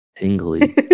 tingly